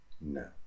No